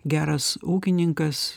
geras ūkininkas